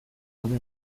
hobe